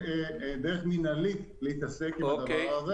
יש דרך מינהלית להתעסק עם הדבר הזה.